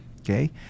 okay